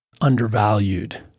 undervalued